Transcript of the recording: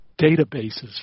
databases